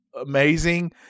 amazing